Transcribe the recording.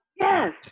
Yes